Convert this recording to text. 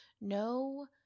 no